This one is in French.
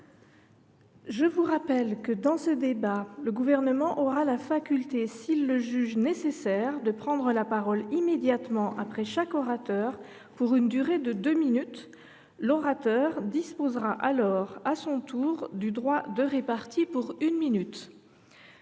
Je vous rappelle que, dans ce débat, le Gouvernement aura la faculté, s’il le juge nécessaire, de prendre la parole immédiatement après chaque orateur pour une durée de deux minutes ; l’orateur disposera alors à son tour du droit de répartie, pour une minute.